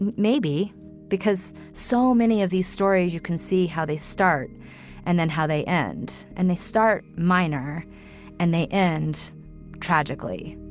and maybe because so many of these stories, you can see how they start and then how they end and they start minor and they end tragically